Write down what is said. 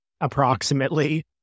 approximately